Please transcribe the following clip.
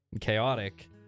chaotic